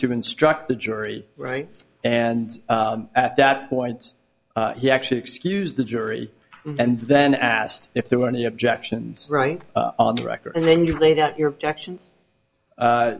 to instruct the jury right and at that point he actually excuse the jury and then asked if there were any objections right on the record and then you laid out your